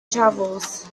travels